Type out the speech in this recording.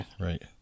right